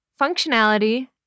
functionality